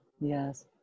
Yes